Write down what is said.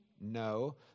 No